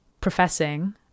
professing